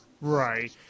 Right